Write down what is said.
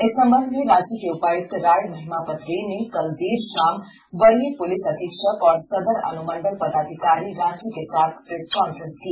इस संबंध में रांची के उपायुक्त राय महिमापत रे ने कल देर षाम वरीय पुलिस अधीक्षक और सदर अनुमंडल पदाधिकारी रांची के साथ प्रेस कॉन्फ्रेंस की